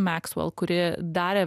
meksvel kurie darė